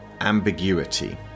ambiguity